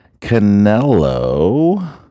Canelo